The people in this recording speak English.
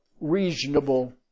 reasonable